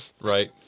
Right